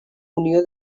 unió